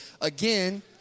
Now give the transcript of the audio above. again